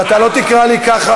ואתה לא תקרא לי ככה.